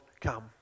come